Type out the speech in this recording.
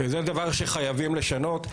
וזה דבר שחייבים לשנות.